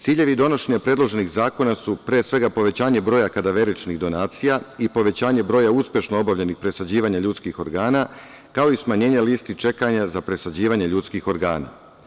Ciljevi donošenja predloženih zakona su, pre svega, povećanje broja kadaveričnih donacija i povećanje broja uspešnih presađivanja ljudskih organa, kao i smanjenje listi čekanje za presađivanje ljudskih organa.